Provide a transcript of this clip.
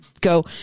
go